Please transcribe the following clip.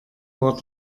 war